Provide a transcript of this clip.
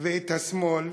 ואת השמאל,